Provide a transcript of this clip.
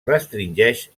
restringeix